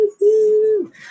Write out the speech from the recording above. Woo-hoo